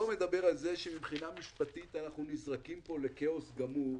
מדבר על כך שמבחינה משפטית אנחנו נזרקים כאן לכאוס גמור.